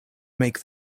make